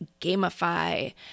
gamify